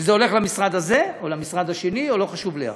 שזה הולך למשרד הזה או למשרד אחר, או לא חשוב לאן.